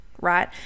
right